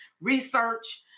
research